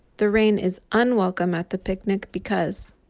the rain is unwelcome at the picnic because?